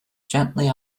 gently